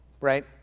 right